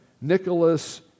Nicholas